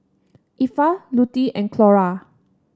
Effa Lutie and Clora